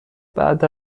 بعد